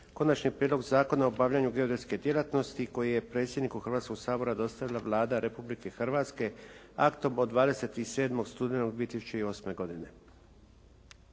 Konačni prijedlog Zakona o obavljanju geodetske djelatnosti koji je predsjedniku Hrvatskoga sabora dostavila Vlada Republike Hrvatske aktom od 27. studenog 2008. godine.